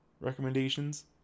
recommendations